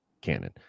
canon